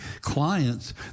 clients